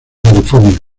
california